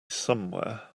somewhere